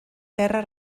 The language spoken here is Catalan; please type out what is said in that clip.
terra